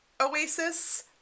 Oasis